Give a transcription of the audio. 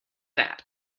that